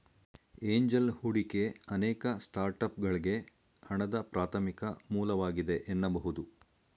angel ಹೂಡಿಕೆ ಅನೇಕ ಸ್ಟಾರ್ಟ್ಅಪ್ಗಳ್ಗೆ ಹಣದ ಪ್ರಾಥಮಿಕ ಮೂಲವಾಗಿದೆ ಎನ್ನಬಹುದು